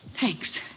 Thanks